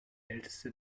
älteste